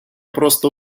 просто